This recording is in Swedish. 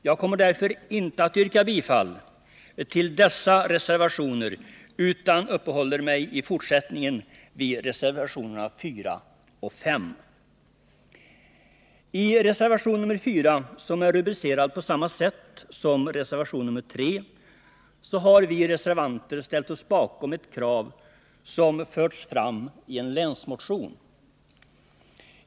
Jag kommer därför, fru talman, inte att yrka bifall till dessa reservationer utan uppehåller mig i fortsättningen vid reservationerna 4 och 5. I reservation nr 4, som är rubricerad på samma sätt som reservation nr 3, har vi reservanter ställt oss bakom ett krav som förts fram i en länsmotion.